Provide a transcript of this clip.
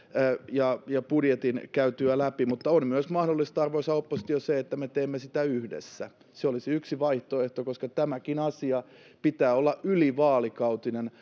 ja budjetin käytyä läpi mutta on myös mahdollista arvoisa oppositio se että me teemme sitä yhdessä se olisi yksi vaihtoehto koska tämänkin asian pitää olla ylivaalikautinen